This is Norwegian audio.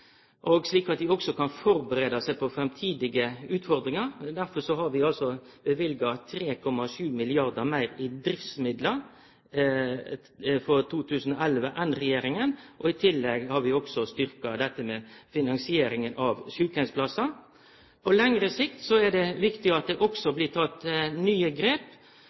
og slik at dei òg kan førebu seg på framtidige utfordringar. Derfor har vi løyvd 3,7 mrd. kr meir i driftsmidlar for 2011 enn regjeringa. I tillegg har vi altså styrkt finansieringa av sjukeheimsplassar. På lengre sikt er det òg viktig at det blir teke nye grep.